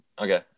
okay